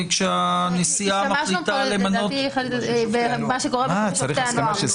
לדעתי השתמשנו כאן במה שקורה בחוק שופטי הנוער.